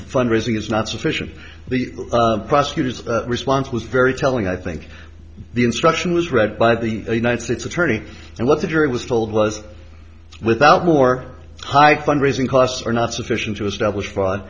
fund raising is not sufficient the prosecutors response was very telling i think the instruction was read by the united states attorney and what the jury was told was without more high fund raising costs are not sufficient to establish